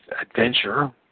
adventure